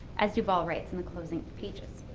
as duvall writes in the closing pages.